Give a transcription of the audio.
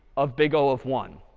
of big o of one.